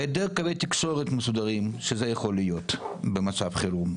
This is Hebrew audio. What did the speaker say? אולי דרך קווי תקשורת מסודרים שהם יכולים להיות במצב חירום,